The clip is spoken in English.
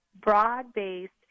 broad-based